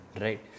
right